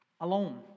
Alone